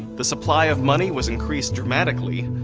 the supply of money was increased dramatically.